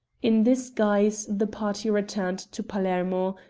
in this guise the party returned to palermo,